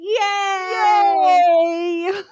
Yay